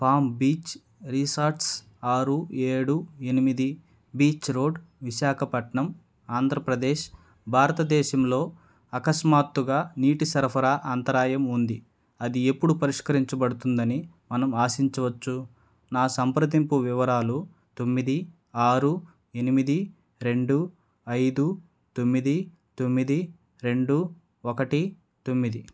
palm Beach Resorts ఆరు ఏడు ఎనిమిది బీచ్ రోడ్ విశాఖపట్నం ఆంధ్రప్రదేశ్ భారతదేశంలో అకస్మాత్తుగా నీటి సరఫరా అంతరాయం ఉంది అది ఎప్పుడు పరిష్కరించబడుతుందని మనం ఆశించవచ్చు నా సంప్రదింపు వివరాలు తొమ్మిది ఆరు ఎనిమిది రెండు ఐదు తొమ్మిది తొమ్మిది రెండు ఒకటి తొమ్మిది